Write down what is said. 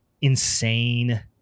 insane